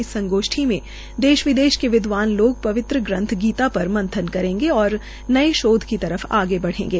इस संगोष्ठी में देश विदेश के विद्ववान लोग पवित्र ग्रंथ गीता पर मंथन पर करेंगे और नए शोध की तरफ आगे बढ़ेंगे